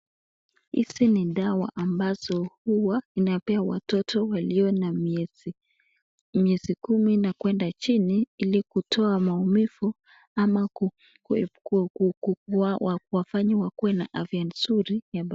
Hizi ni dawa ambazo huwa inapewa watoto walio na miezi kumi na kwenda chini ili kutoa maumivu ama kuwafanya wakuwe na afya nzuri ya baadae.